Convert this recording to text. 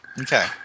Okay